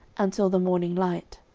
until the morning light.